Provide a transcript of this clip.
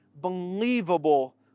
Believable